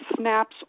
snaps